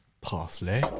parsley